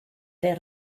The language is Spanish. the